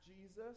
Jesus